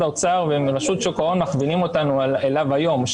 האוצר ורשות שוק ההון מכווינים אותנו אליו היום,